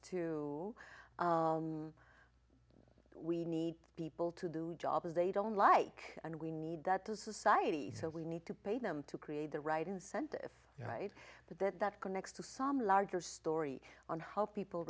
to we need people to do jobs they don't like and we need that to society so we need to pay them to create the right incentive but that that connects to some larger story on how people